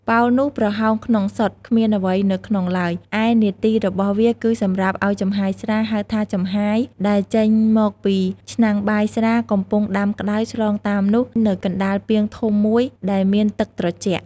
ប៉ោលនោះប្រហោងក្នុងសុទ្ធ គ្មានអ្វីនៅក្នុងឡើយ ឯនាទីរបស់វាគឺសម្រាប់ឲ្យចំហាយស្រា ហៅថា «ចំហាយ» ដែលចេញមកពីឆ្នាំងបាយស្រាកំពុងដាំក្តៅឆ្លងតាមនោះនៅកណ្តាលពាងធំមួយដែលមានទឹកត្រជាក់។